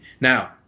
Now